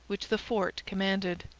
which the fort commanded.